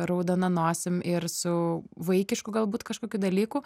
raudona nosim ir su vaikišku galbūt kažkokių dalykų